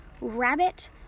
rabbit